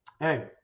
hey